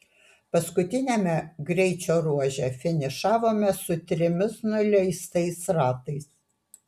paskutiniame greičio ruože finišavome su trimis nuleistais ratais